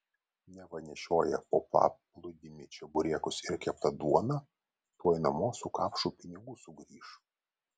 neva nešioja po paplūdimį čeburekus ir keptą duoną tuoj namo su kapšu pinigų sugrįš